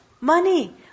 money